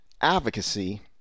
advocacy